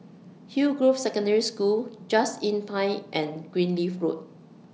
Hillgrove Secondary School Just Inn Pine and Greenleaf Road